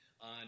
on